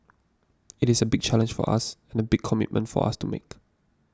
it is a big challenge for us and a big commitment for us to make